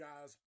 guys